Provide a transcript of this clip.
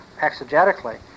exegetically